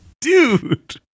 dude